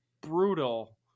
brutal